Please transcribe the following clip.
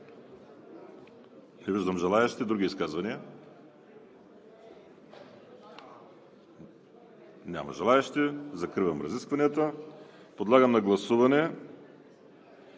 Не виждам желаещи. Други изказвания? Няма. Закривам разискванията. Подлагам на гласуване: